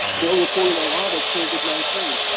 they're reporting a lot of covid nineteen,